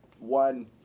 one